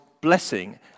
blessing